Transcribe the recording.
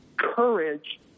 courage